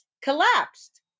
collapsed